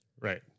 Right